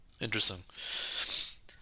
Interesting